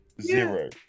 zero